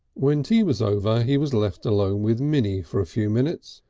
when tea was over he was left alone with minnie for a few minutes,